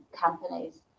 companies